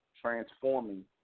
transforming